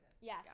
Yes